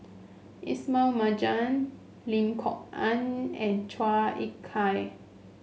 Ismail Marjan Lim Kok Ann and Chua Ek Kay